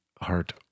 heart